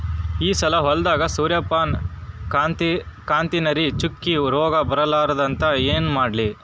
ಈ ಸಲ ಹೊಲದಾಗ ಸೂರ್ಯಪಾನ ಹಾಕತಿನರಿ, ಚುಕ್ಕಿ ರೋಗ ಬರಲಾರದಂಗ ಏನ ಮಾಡ್ಲಿ?